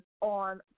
on